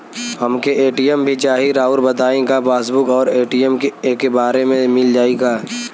हमके ए.टी.एम भी चाही राउर बताई का पासबुक और ए.टी.एम एके बार में मील जाई का?